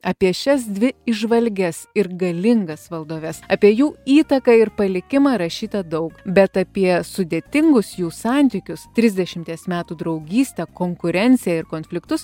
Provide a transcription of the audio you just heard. apie šias dvi įžvalgias ir galingas valdoves apie jų įtaką ir palikimą rašyta daug bet apie sudėtingus jų santykius trisdešimties metų draugystę konkurenciją ir konfliktus